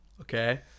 okay